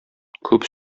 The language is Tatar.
күп